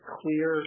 clear